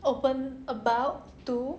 open about to